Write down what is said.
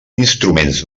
instruments